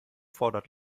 fordert